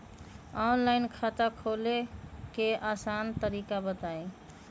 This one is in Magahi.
ऑनलाइन खाता खोले के आसान तरीका बताए?